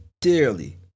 dearly